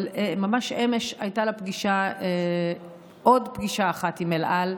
אבל ממש אמש הייתה לה עוד פגישה אחת עם אל על,